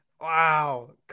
wow